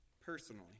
personally